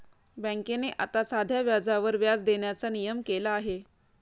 बँकेने आता साध्या व्याजावर व्याज देण्याचा नियम केला आहे